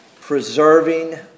preserving